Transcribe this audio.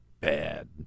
bad